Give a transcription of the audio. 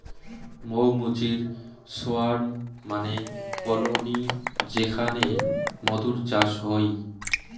মৌ মুচির সোয়ার্ম মানে কলোনি যেখানে মধুর চাষ হই